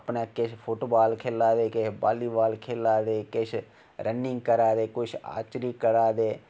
अपने किश फुटबाल खेल्ला दै किश बालीबाल खेल्ला दे किश रनिंग करा दे कुछ आरचरी करा दै